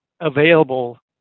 available